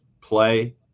play